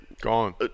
Gone